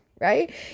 right